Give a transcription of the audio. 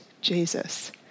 Jesus